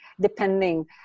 depending